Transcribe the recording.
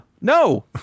no